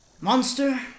monster